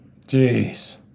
Jeez